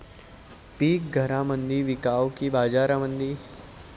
पीक घरामंदी विकावं की बाजारामंदी?